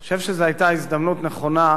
אני חושב שזו היתה הזדמנות נכונה,